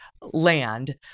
land